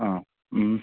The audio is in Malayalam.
ആ